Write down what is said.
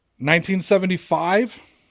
1975